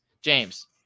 James